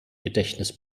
gedächtnis